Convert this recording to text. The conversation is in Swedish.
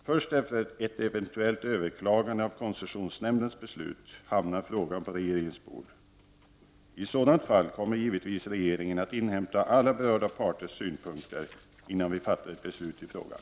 Först efter ett eventuellt överklagande av koncessionsnämndens beslut hamnar frågan på regeringens bord. I sådant fall kommer givetvis regeringen att inhämta alla berörda parters synpunkter innan vi fattar ett beslut i frågan.